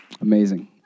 Amazing